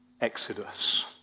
Exodus